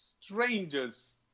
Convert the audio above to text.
Strangers